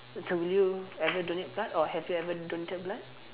so will you ever donate blood or have you ever donated blood